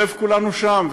ולב כולנו שם,